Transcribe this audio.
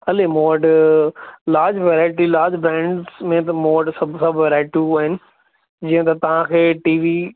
हले मूं वटि लार्ज वैराइटी लार्ज ब्रांड्स में त मूं वटि सभु सभु वैराइटियूं आहिनि हीअं त तव्हांखे टी वी